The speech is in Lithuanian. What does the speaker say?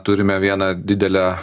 turime vieną didelę